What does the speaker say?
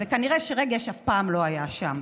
כנראה שרגש אף פעם לא היה שם.